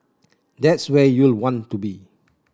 that's where you'll want to be